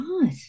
God